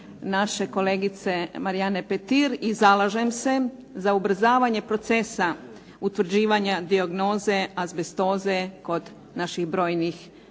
naše kolegice Marijane Petir i zalažem se za ubrzavanje procesa utvrđivanja dijagnoze azbestoze kod naših brojnih